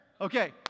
Okay